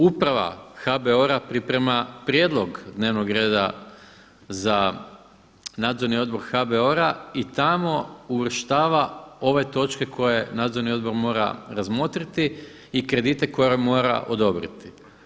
Uprava HBOR-a priprema prijedlog dnevnog reda za Nadzorni odbor HBOR-a i tamo uvrštava ove točke koje nadzorni odbor mora razmotriti i kredite koje mora odobriti.